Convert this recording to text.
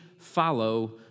follow